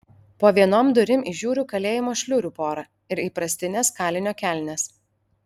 po vienom durim įžiūriu kalėjimo šliurių porą ir įprastines kalinio kelnes